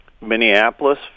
Minneapolis